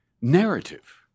narrative